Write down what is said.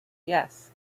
yes